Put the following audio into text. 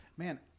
Man